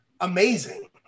amazing